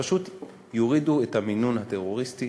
פשוט יורידו את המינון הטרוריסטי